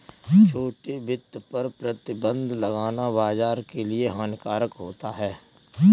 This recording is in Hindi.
छोटे वित्त पर प्रतिबन्ध लगाना बाज़ार के लिए हानिकारक होता है